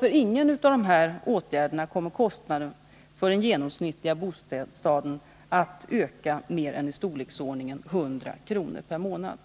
För ingen av dessa åtgärder kommer kostnaden för den genomsnittliga bostaden att öka mer än i storleksordningen 100 kr. per månad.